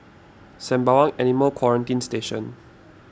Sembawang Animal Quarantine Station